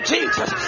Jesus